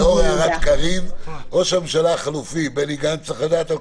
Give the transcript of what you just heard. מאחר שלא הגענו להחלטה על הרכב הוועדה יכול להיות שאולי דווקא